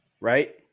Right